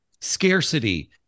scarcity